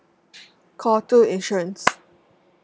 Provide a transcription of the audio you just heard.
call two insurance